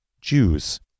Jews